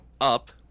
up